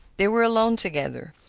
they were alone together.